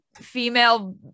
female